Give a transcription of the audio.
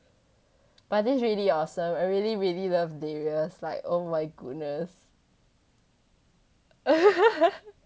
but this is really awesome I really really love darius like oh my goodness